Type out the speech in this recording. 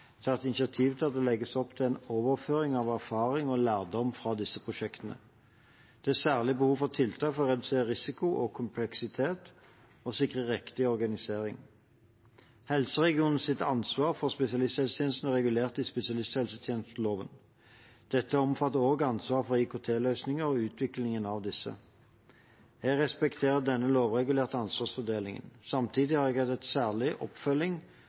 Norsk Helsenett tatt initiativ til at det legges opp til en overføring av erfaring og lærdom fra disse prosjektene. Det er særlig behov for tiltak for å redusere risiko og kompleksitet og sikre riktig organisering. Helseregionenes ansvar for spesialisthelsetjenesten er regulert i spesialisthelsetjenesteloven. Dette omfatter også ansvar for IKT-løsninger og utviklingen av disse. Jeg respekterer denne lovregulerte ansvarsfordelingen. Samtidig har jeg hatt en særlig oppfølging